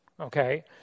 okay